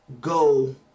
go